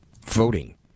voting